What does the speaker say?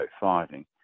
fighting